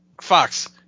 Fox